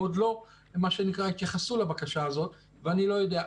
הם עוד לא התייחסו לבקשה הזאת, ואני לא יודע.